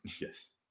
yes